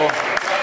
אוה.